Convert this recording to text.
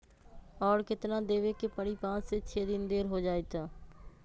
और केतना देब के परी पाँच से छे दिन देर हो जाई त?